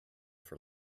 for